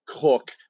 cook